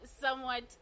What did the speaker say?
somewhat